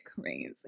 crazy